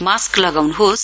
mask लगाउन्होस्